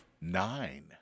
Nine